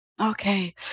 Okay